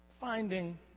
finding